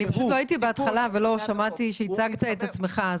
אני פשוט לא הייתי בהתחלה ולא שמעתי שהצגת את עצמך,